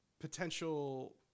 Potential